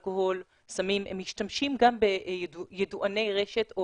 אלכוהול, סמים, הם משתמשים גם בידועני רשת או